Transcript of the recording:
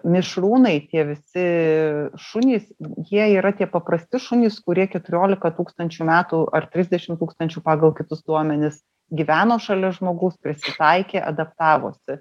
mišrūnai tie visi šunys jie yra tie paprasti šunys kurie keturiolika tūkstančių metų ar trisdešim tūkstančių pagal kitus duomenis gyveno šalia žmogaus prisitaikė adaptavosi